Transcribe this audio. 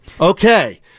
Okay